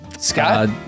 scott